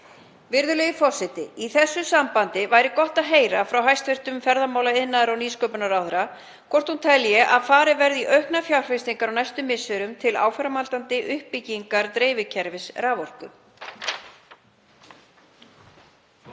Virðulegi forseti. Í þessu sambandi væri gott að heyra frá hæstv. ferðamála-, iðnaðar- og nýsköpunarráðherra hvort hún telji að farið verði í auknar fjárfestingar á næstu misserum til áframhaldandi uppbyggingar dreifikerfis raforku.